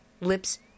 lips